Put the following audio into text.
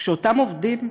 כשאותם עובדים,